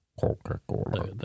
Coca-Cola